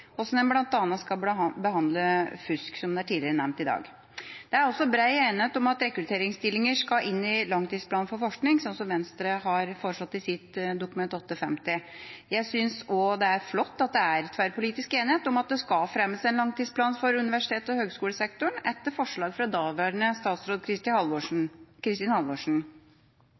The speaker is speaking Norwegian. hvordan en bl.a. skal behandle fusk, som det er nevnt tidligere i dag. Det er også bred enighet om at rekrutteringsstillinger skal inn i langtidsplanen for forskning, slik Venstre har foreslått i Dokument 8:50 S. Jeg synes også det er flott at det er tverrpolitisk enighet om at det skal fremmes en langtidsplan for universitets- og høyskolesektoren, etter forslag fra daværende statsråd Kristin Halvorsen.